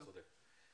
אתה צודק.